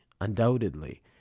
undoubtedly